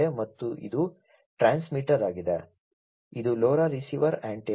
ಮತ್ತು ಇದು ಟ್ರಾನ್ಸ್ಮಿಟರ್ ಆಗಿದೆ ಇದು LoRa ರಿಸೀವರ್ನ ಆಂಟೆನಾ